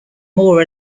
more